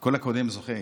כל הקודם זוכה.